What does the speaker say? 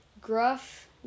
Gruff